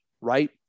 Right